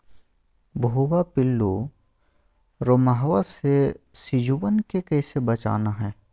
भुवा पिल्लु, रोमहवा से सिजुवन के कैसे बचाना है?